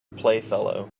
playfellow